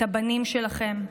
את הבנים שלכם,